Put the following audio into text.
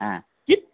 हा किम्